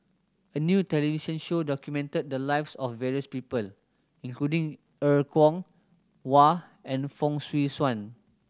a new television show documented the lives of various people including Er Kwong Wah and Fong Swee Suan